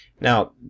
Now